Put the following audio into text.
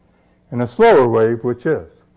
and a slower wave, which is.